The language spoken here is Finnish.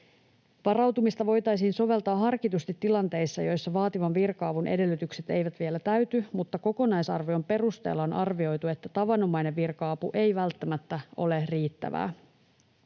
Varautumista voitaisiin soveltaa harkitusti tilanteissa, joissa vaativan virka-avun edellytykset eivät vielä täyty mutta kokonaisarvion perusteella on arvioitu, että tavanomainen virka-apu ei välttämättä ole riittävää.